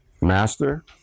Master